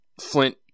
Flint